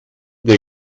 der